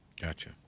Gotcha